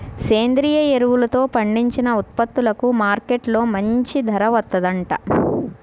సేంద్రియ ఎరువులతో పండించిన ఉత్పత్తులకు మార్కెట్టులో మంచి ధర వత్తందంట